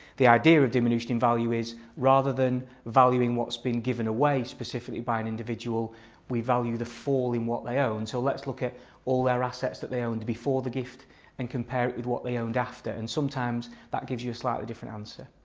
the idea of diminution in value is rather than valuing what's been given away specifically by an individual we value the fall in what they own so let's look at all their assets that they owned before the gift and compare it with what they owned after and sometimes that gives you a slightly different answer.